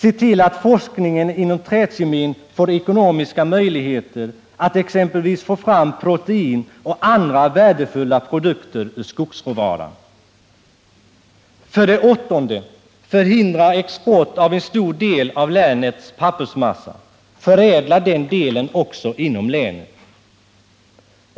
Se till att forskningen inom träkemin får ekonomiska möjligheter att t.ex. arbeta fram protein och andra värdefulla produkter ur skogsråvaran. 8. Förhindra export av en stor del av länets pappersmassa och förädla också den delen inom länet.